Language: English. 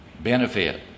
Benefit